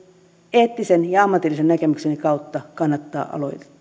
eettisen ja ammatillisen näkemykseni kautta kannattaa aloitetta